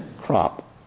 crop